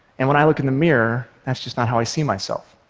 and when i look in the mirror, that's just not how i see myself.